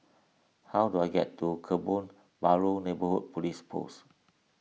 how do I get to Kebun Baru Neighbourhood Police Post